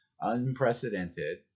unprecedented